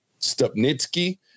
Stupnitsky